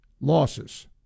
losses